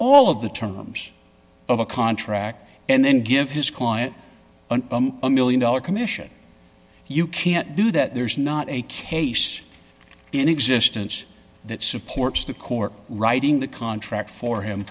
all of the terms of a contract and then give his client a one million dollars commission you can't do that there's not a case in existence that supports the court writing the contract for him